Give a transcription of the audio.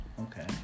Okay